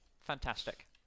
Fantastic